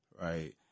right